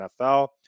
NFL